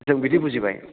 जों बिदि बुजिबाय